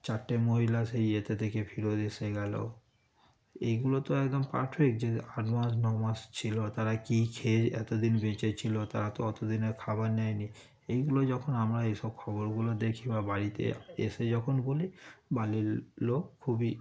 চারটে মহিলা সেই এতে থেকে ফেরত এসে গেল এইগুলো তো একদম পারফেক্ট যে আট মাস ন মাস ছিল তারা কী খেয়ে এতদিন বেঁচে ছিল তারা তো অতদিনের খাবার নেয়নি এইগুলো যখন আমরা এইসব খবরগুলো দেখি বা বাড়িতে এসে যখন বলি বাড়ির লোক খুবই